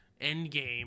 Endgame